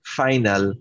final